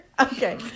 Okay